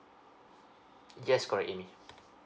yes correct amy